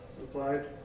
replied